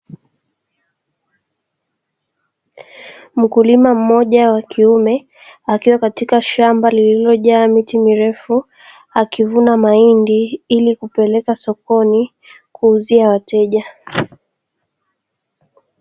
Mkulima mmoja wa kiume, akiwa katika shamba lililojaa miti mirefu, akivuna mahindi ili kupeleka sokoni kuuzia wateja.